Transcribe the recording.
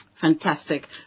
Fantastic